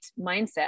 mindset